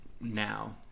now